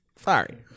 Sorry